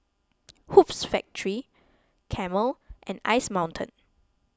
Hoops Factory Camel and Ice Mountain